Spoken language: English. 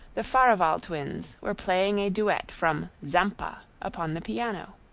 the farival twins, were playing a duet from zampa upon the piano.